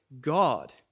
God